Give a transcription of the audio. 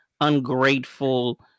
ungrateful